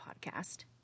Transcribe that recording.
Podcast